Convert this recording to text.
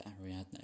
Ariadne